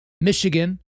Michigan